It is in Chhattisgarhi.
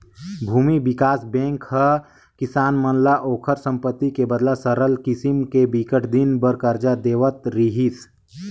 भूमि बिकास बेंक ह किसान मन ल ओखर संपत्ति के बदला सरल किसम ले बिकट दिन बर करजा देवत रिहिस